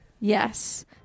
Yes